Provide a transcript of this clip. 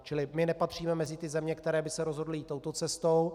Čili my nepatříme mezi ty země, které by se rozhodly jít touto cestou.